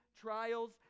trials